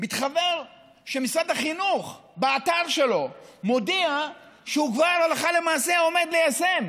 מתחוור שמשרד החינוך באתר שלו מודיע שהוא כבר עומד ליישם